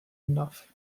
enough